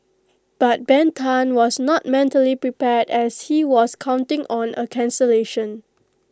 but Ben Tan was not mentally prepared as he was counting on A cancellation